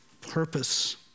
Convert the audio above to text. purpose